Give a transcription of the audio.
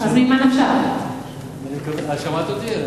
שמעת אותי?